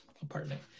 apartment